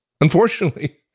Unfortunately